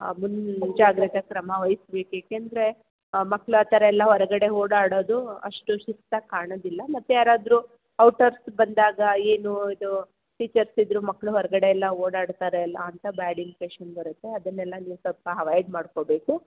ಮುಂಜಾಗ್ರತೆ ಕ್ರಮ ವಹಿಸ್ಬೇಕು ಏಕೆಂದ್ರೆ ಮಕ್ಳು ಆ ಥರ ಎಲ್ಲ ಹೊರಗಡೆ ಓಡಾಡೋದು ಅಷ್ಟು ಸೂಕ್ತ ಕಾಣೋದಿಲ್ಲ ಮತ್ತೆ ಯಾರಾದರು ಔಟರ್ಸ್ ಬಂದಾಗ ಏನು ಇದು ಟೀಚರ್ಸ್ ಇದ್ರು ಮಕ್ಕಳು ಹೊರಗಡೆ ಎಲ್ಲ ಓಡಾಡ್ತಾರೆಲ್ಲ ಅಂತ ಬ್ಯಾಡ್ ಇಂಪ್ರೆಷನ್ ಬರುತ್ತೆ ಅದನ್ನೆಲ್ಲ ನೀವು ಸ್ವಲ್ಪ ಆವಾಯ್ಡ್ ಮಾಡ್ಕೊಳ್ಬೇಕು